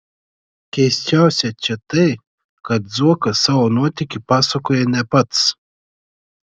keisčiausia čia tai kad zuokas savo nuotykį pasakoja ne pats